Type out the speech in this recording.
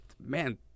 man